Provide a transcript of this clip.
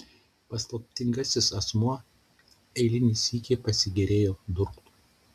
paslaptingasis asmuo eilinį sykį pasigėrėjo durklu